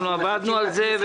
עבדנו על זה.